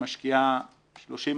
משקיעה 30%,